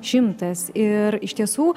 šimtas ir iš tiesų